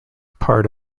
part